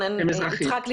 רונן יצחק,